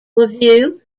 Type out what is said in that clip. review